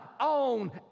own